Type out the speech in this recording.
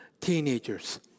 teenagers